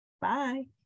Bye